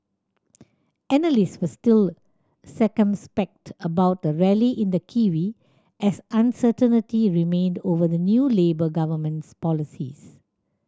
analysts were still circumspect about the rally in the kiwi as uncertainty remained over the new Labour government's policies